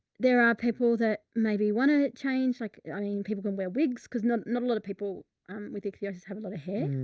there are people that maybe want to change. like, i mean people can wear wigs cause not, not a lot of people with ichthyosis have a lot of hair.